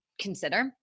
consider